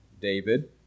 David